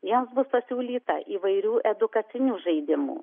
jiems bus pasiūlyta įvairių edukacinių žaidimų